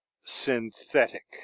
synthetic